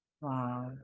Wow